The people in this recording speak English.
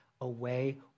away